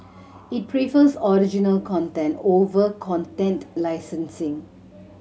it prefers original content over content licensing